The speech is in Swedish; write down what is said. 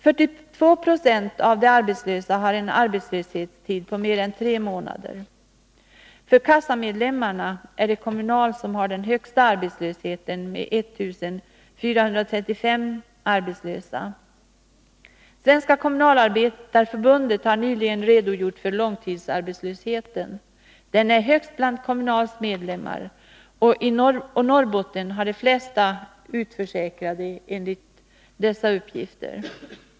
42 Jo av de arbetslösa har en arbetslöshetstid på mer än tre månader. För kassamedlemmarna är det Kommunal som har den högsta arbetslösheten med 1 435 arbetslösa medlemmar. Svenska kommunalarbetareförbundet har nyligen redogjort för långtidsarbetslösheten. Den är högst bland Kommunals kassamedlemmar, och Norrbotten har enligt dessa uppgifter de flesta utförsäkrade.